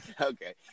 Okay